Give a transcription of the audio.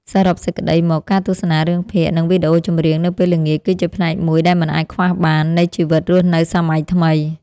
សរុបសេចក្តីមកការទស្សនារឿងភាគនិងវីដេអូចម្រៀងនៅពេលល្ងាចគឺជាផ្នែកមួយដែលមិនអាចខ្វះបាននៃជីវិតរស់នៅសម័យថ្មី។